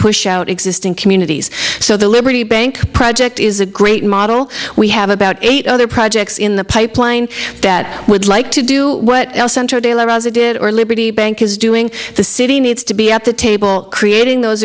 push out existing communities so the liberty bank project is a great model we have about eight other projects in the pipeline that would like to do what el centro de la raza did or liberty bank is doing the city needs to be at the table creating those